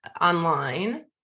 online